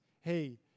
hey